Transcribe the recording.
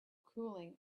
cooling